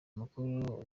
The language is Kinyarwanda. mukuru